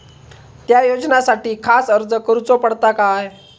त्या योजनासाठी खास अर्ज करूचो पडता काय?